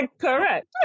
Correct